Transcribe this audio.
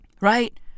Right